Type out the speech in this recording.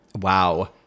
Wow